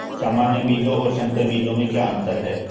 सामान्य बीजों और संकर बीजों में क्या अंतर है?